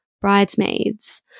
bridesmaids